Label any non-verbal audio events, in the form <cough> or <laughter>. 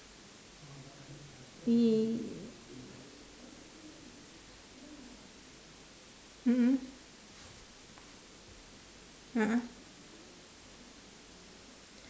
<unintelligible> mmhmm a'ah